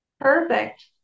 perfect